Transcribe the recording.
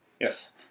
yes